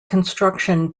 construction